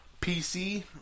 PC